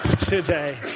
today